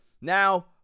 Now